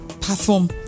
perform